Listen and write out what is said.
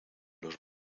los